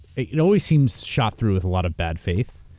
it always seems shot through with a lot of bad faith,